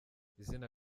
izina